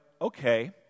okay